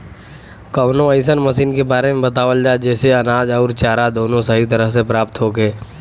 कवनो अइसन मशीन के बारे में बतावल जा जेसे अनाज अउर चारा दोनों सही तरह से प्राप्त होखे?